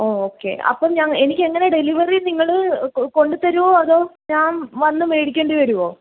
ഓ okay അപ്പം ഞാൻ എനിക്കെങ്ങനെ ഡെലിവറി നിങ്ങൾ കൊണ്ട് കൊണ്ടുത്തരോ അതോ ഞാൻ വന്ന് മേടിക്കേണ്ടി വരുമോ